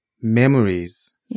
memories